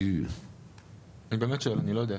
אני באמת שואל, אני לא יודע.